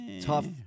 tough